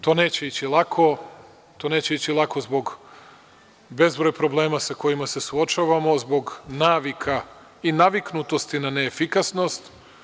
To neće ići lako, to neće ići lako zbog bezbroj problema sa kojima se suočavamo, zbog navika i naviknutosti na neefikasnost.